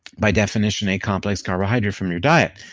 by definition, a complex carbohydrate from your diet.